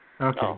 Okay